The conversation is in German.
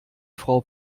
frau